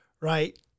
right